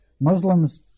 Muslims